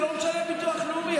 הוא לא משלם ביטוח לאומי.